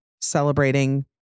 celebrating